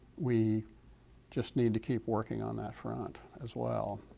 we just need to keep working on that front as well.